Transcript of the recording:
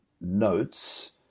notes